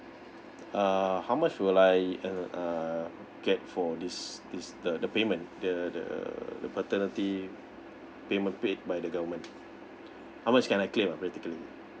uh how much will I err uh get for this this the the payment the the the paternity payment paid by the government how much can I clear practically